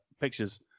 pictures